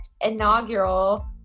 inaugural